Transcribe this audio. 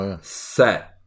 set